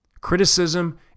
Criticism